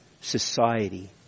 society